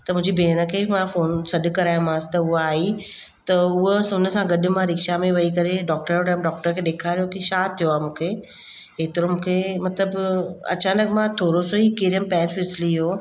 त मुंहिंजी भेण खे ई मां फोन सॾु करायोमांसि त उहा आई त उहो उन सां गॾु मां रिक्शा में विही करे डॉक्टर वटि आयमि डॉक्टर खे ॾेखारियो की इहे छा थियो आहे मूंखे एतिरो मूंखे मतिलबु अचानक मां थोरो सो ई किरियमि पेरु फिसली वियो